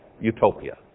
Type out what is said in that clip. utopia